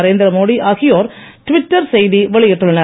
நரேந்திரமோடி ஆகியோர் டிவிட்டர் செய்தி வெளியிட்டுள்ளனர்